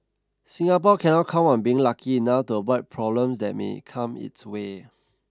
Singapore cannot count on being lucky enough to avoid problems that may come its way